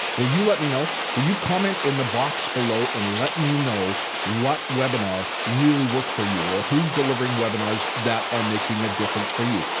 will you let me know? will you comment in the box below and let me know what webinar really worked for you or who's delivering webinars that are making a difference with you?